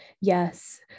Yes